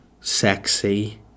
sexy